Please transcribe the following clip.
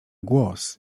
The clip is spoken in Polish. głos